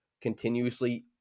continuously